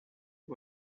aux